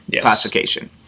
classification